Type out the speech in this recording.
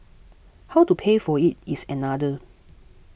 how to pay for it is another